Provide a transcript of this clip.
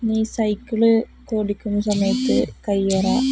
പിന്നെ ഈ സൈക്കിളോടിക്കുന്ന സമയത്ത് കയ്യുറ